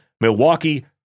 Milwaukee